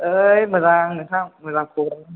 ओइ मोजां नोंथां मोजां खबराबो मोजां